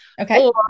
Okay